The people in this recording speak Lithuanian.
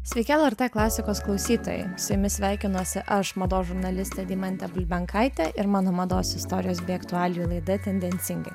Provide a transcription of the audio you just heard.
sveiki lrt klasikos klausytojai su jumis sveikinuosi aš mados žurnalistė deimantė bulbenkaitė ir mano mados istorijos bei aktualijų laida tendencingai